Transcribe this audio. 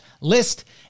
list